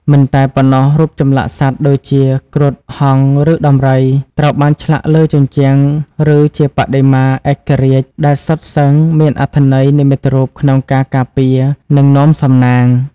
មិនតែប៉ុណ្ណោះរូបចម្លាក់សត្វ ដូចជា គ្រុឌ ហង្ស ឬដំរី ត្រូវបានឆ្លាក់លើជញ្ជាំង ឬជាបដិមាឯករាជ្យ ដែលសុទ្ធសឹងមានអត្ថន័យនិមិត្តរូបក្នុងការការពារ និងនាំសំណាង។